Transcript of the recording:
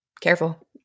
careful